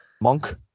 monk